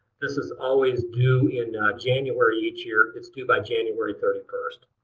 this is always due in january each year. it's due by january thirty first.